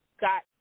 got